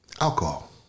Alcohol